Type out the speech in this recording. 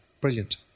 brilliant